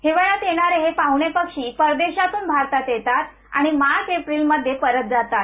हिवाळ्यात येणारे हे पाहणे पक्षी परदेशातुन भारतात येतात आणि मार्च एप्रिलमध्ये परत जातात